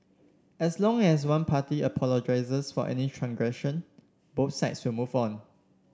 as long as one party apologises for any transgression both sides will move on